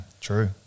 True